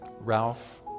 Ralph